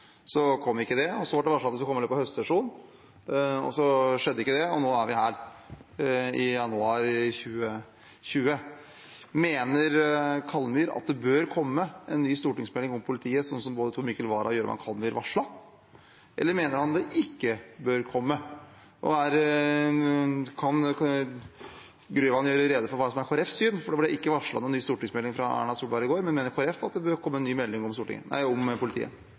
ikke. Så ble det varslet at det skulle komme i løpet av høstsesjonen. Det skjedde ikke, og nå er vi her – i januar 2020. Mener Grøvan at det bør komme en ny stortingsmelding om politiet, sånn som både Tor Mikkel Wara og Jøran Kallmyr varslet, eller mener han det ikke bør komme? Og kan Grøvan gjøre rede for hva som er Kristelig Folkepartis syn? Det ble ikke varslet noen ny stortingsmelding fra Erna Solberg i går, men mener Kristelig Folkeparti at det bør komme en ny melding om